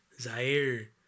Zaire